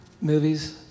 movies